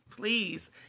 Please